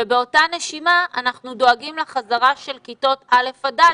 ובאותה נשימה אנחנו דואגים לחזרה של כיתות א'-ד',